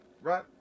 right